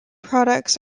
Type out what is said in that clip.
products